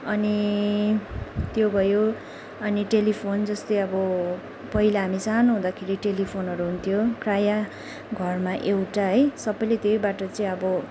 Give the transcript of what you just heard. अनि त्यो भयो अनि टेलिफोन जस्तै अब पहिला हामी सानो हुँदाखेरि टेलिफोनहरू हुन्थ्यो प्रायः घरमा एउटा है सबैले त्यहीबाट चाहिँ अब